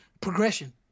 progression